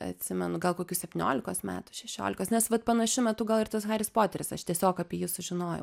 atsimenu gal kokių septyniolikos metų šešiolikos nes vat panašiu metu gal ir tas haris poteris aš tiesiog apie jį sužinojau